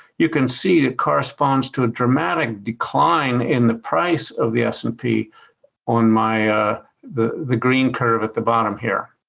you can see it corresponds to a dramatic decline in the price of the s and p on the the green curve at the bottom here.